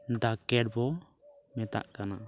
ᱫᱟᱠᱮᱲ ᱵᱚᱱ ᱢᱮᱛᱟᱜ ᱠᱟᱱᱟ